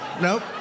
Nope